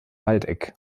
waldeck